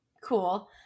cool